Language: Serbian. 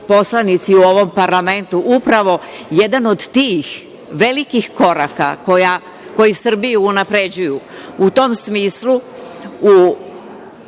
poslanici u ovom parlamentu, upravo je jedan od tih velikih koraka koji Srbiju unapređuju u tom smislu, u